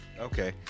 Okay